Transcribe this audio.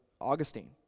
Augustine